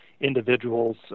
individuals